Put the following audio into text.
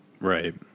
Right